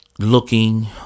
looking